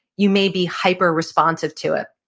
you may be hyperresponsive to it.